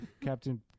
Captain